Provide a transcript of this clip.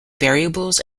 variables